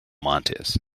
montes